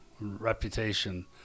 reputation